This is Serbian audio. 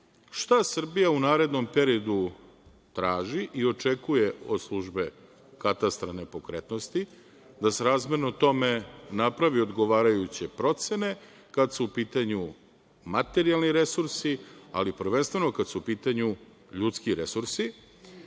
šta Srbija u narednom periodu traži i očekuje od službe katastra nepokretnosti, da srazmerno tome napravi odgovarajuće procene, kada su u pitanju materijalni resursi, ali prvenstveno, kada su u pitanju ljudski resursi. Možda